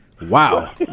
Wow